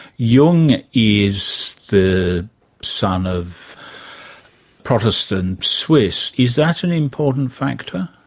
jung is the son of protestant swiss. is that an important factor?